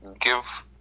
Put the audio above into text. give